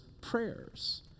prayers